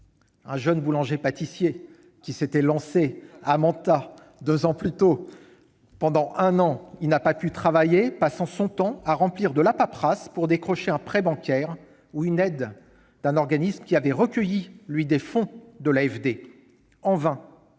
jeune boulanger pâtissier qui s'était lancé à Manta deux ans plus tôt. Pendant une année, il n'a pas pu travailler, passant son temps à remplir de la paperasse pour décrocher un prêt bancaire ou une aide d'un organisme qui avait recueilli, lui, des fonds de l'Agence